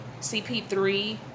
CP3